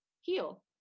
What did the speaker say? heal